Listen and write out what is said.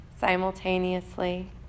simultaneously